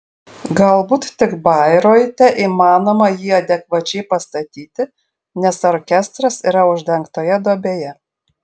galbūt tik bairoite įmanoma jį adekvačiai pastatyti nes orkestras yra uždengtoje duobėje